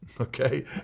okay